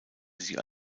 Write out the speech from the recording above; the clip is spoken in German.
sie